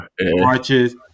marches